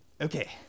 Okay